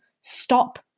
stop